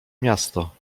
miasto